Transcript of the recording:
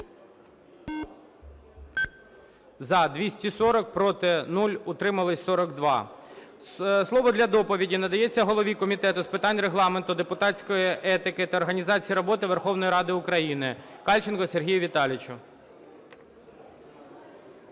За-240 Проти – 0, утрималися – 42. Слово для доповіді надається голові Комітету з питань Регламенту, депутатської етики та організації роботи Верховної Ради України Кальченку Сергію Віталійовичу.